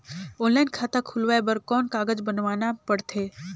Online खाता खुलवाय बर कौन कागज बनवाना पड़थे?